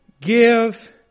give